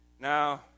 Now